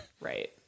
Right